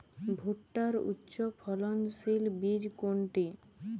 ভূট্টার উচ্চফলনশীল বীজ কোনটি?